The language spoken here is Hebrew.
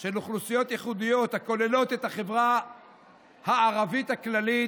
של אוכלוסיות ייחודיות הכוללת את החברה הערבית הכללית,